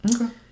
Okay